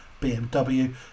BMW